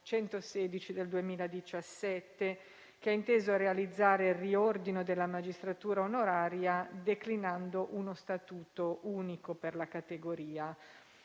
116 del 2017, che ha inteso realizzare il riordino della magistratura onoraria, declinando uno statuto unico per la categoria.